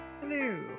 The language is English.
Hello